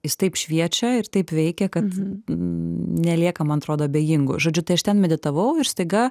jis taip šviečia ir taip veikia kad nelieka man atrodo abejingų žodžiu tai aš ten meditavau ir staiga